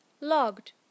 logged